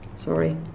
Sorry